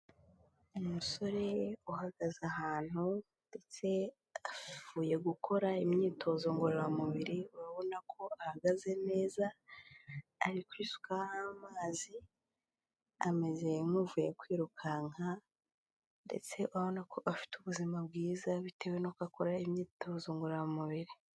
Umusore uhagaze ahantu ndetse avuye gukora imyitozo ngororamubiri urabona ko ahagaze neza, ari kwisukaho amazi, ameze nk'uvuye kwirukanka ndetse urabona ko afite ubuzima bwiza bitewe nuko akora imyitozo ngororamubiri.